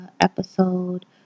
episode